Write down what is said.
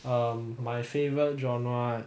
um my favorite genre